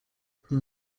from